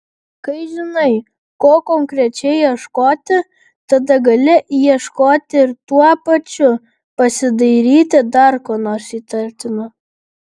kai žinai ko konkrečiai ieškoti tada gali ieškoti ir tuo pačiu pasidairyti dar ko nors įtartino